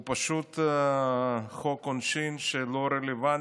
הוא פשוט חוק עונשין לא רלוונטי.